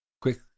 Quick